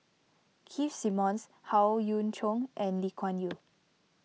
Keith Simmons Howe Yoon Chong and Lee Kuan Yew